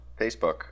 facebook